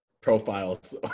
profiles